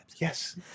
yes